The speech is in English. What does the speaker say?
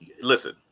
listen